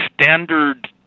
standard